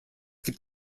gibt